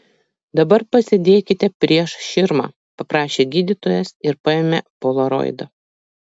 dabar pasėdėkite prieš širmą paprašė gydytojas ir paėmė polaroidą